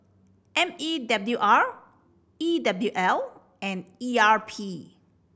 M E W R E W L and E R P